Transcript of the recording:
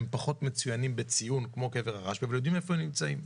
הם פחות מצוינים בציון כמו קבר הרשב"י אבל יודעים איפה הם נמצאים.